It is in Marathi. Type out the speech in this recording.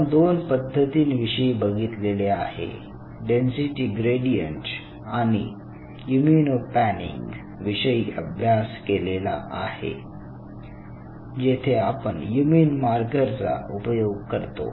आपण दोन पद्धतींविषयी बघितलेले आहे डेन्सिटी ग्रेडियंट आणि इम्यूनो पॅनिंग विषयी अभ्यासलेले आहे जेथे आपण इम्यून मार्कर चा उपयोग करतो